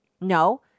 No